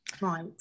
Right